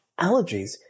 allergies